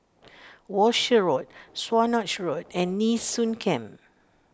Walshe Road Swanage Road and Nee Soon Camp